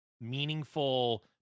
meaningful